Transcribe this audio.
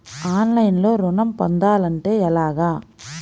ఆన్లైన్లో ఋణం పొందాలంటే ఎలాగా?